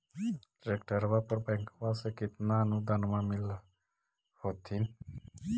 ट्रैक्टरबा पर बैंकबा से कितना अनुदन्मा मिल होत्थिन?